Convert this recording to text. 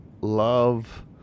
love